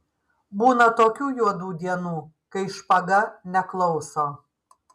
būna tokių juodų dienų kai špaga neklauso